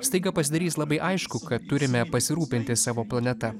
staiga pasidarys labai aišku kad turime pasirūpinti savo planeta